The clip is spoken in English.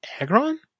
Agron